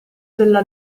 della